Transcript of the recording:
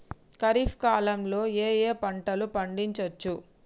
ఖరీఫ్ కాలంలో ఏ ఏ పంటలు పండించచ్చు?